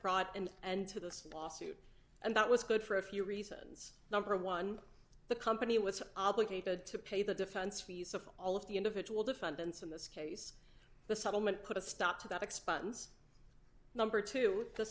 prot and and to the spa suit and that was good for a few reasons number one the company was obligated to pay the defense fees of all of the individual defendants in this case the settlement put a stop to that expands number to the